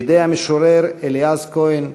בידי המשורר אליעז כהן,